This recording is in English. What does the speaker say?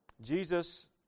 Jesus